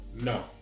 No